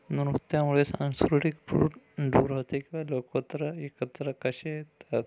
म्हणून त्यामुळेच सांस्कृतिक फूट दूर होते का लोकत्र एकत्र कसे येतात